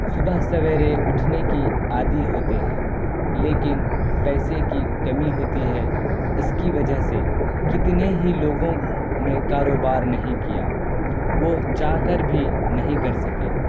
صبح سویرے اٹھنے کی عادی ہوتے ہیں لیکن پیسے کی کمی ہوتی ہے اس کی وجہ سے کتنے ہی لوگوں نے کاروبار نہیں کیا وہ چاہ کر بھی نہیں کر سکے